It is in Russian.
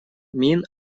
мин